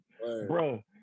Bro